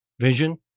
vision